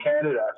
Canada